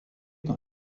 dans